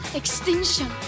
extinction